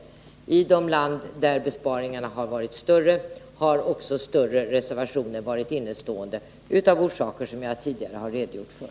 Beträffande de länder där besparingarna har varit större har också större reservationer varit innestående av orsaker jag tidigare har redogjort för.